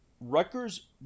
Rutgers